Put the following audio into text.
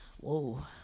Whoa